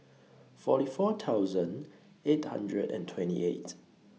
forty four thousand eight hundred and twenty eight